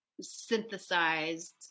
synthesized